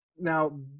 now